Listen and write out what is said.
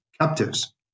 captives